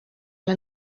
ole